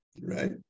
right